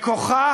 בכוחה